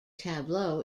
tableau